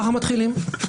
ככה מתחילים.